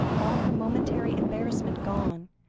all her momentary embarrassment gone,